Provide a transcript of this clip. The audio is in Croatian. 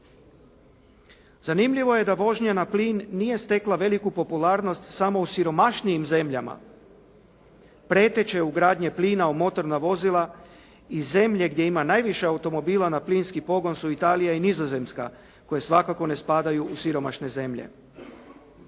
Zanimljivo je da vožnja na plin nije stekla veliku popularnost samo u siromašnijim zemljama. Preteče ugradnje plina u motorna vozila i zemlje gdje ima najviše automobila na plinski pogon su Italija i Nizozemska koje svakako ne spadaju u siromašne zemlje.